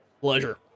Pleasure